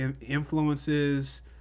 influences